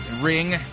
ring